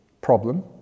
problem